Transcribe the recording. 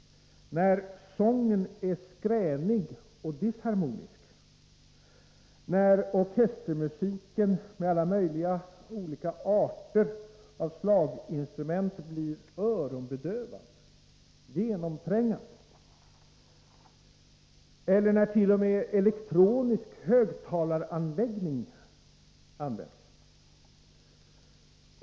När sången är skränig och disharmonisk, när orkestermusiken med alla möjliga olika arter av slaginstrument blir öronbedövande och genomträngande? Eller närt.o.m. elektronisk högtalaranläggning används?